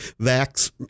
vax